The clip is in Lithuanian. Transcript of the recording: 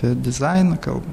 apie dizainą kalbam